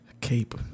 Cape